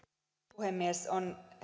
puhemies on